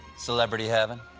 celebrity heaven.